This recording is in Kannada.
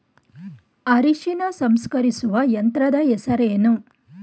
ಅರಿಶಿನ ಸಂಸ್ಕರಿಸುವ ಯಂತ್ರದ ಹೆಸರೇನು?